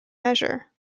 measure